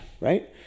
right